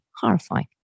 horrifying